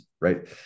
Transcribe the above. right